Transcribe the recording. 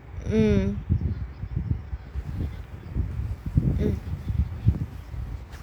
eh eh